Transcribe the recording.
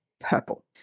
purple